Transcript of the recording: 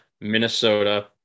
Minnesota